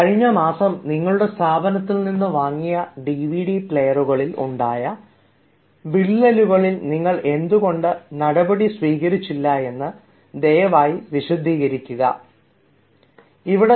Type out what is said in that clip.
'കഴിഞ്ഞ മാസം നിങ്ങളുടെ സ്ഥാപനത്തിൽ നിന്ന് വാങ്ങിയ ഡിവിഡി പ്ലെയറുകളിൽ ഉണ്ടായ വിള്ളലുകൾളിൽ നിങ്ങൾ എന്തുകൊണ്ട് നടപടി സ്വീകരിച്ചില്ലെന്ന് ദയവായി വിശദീകരിക്കുക'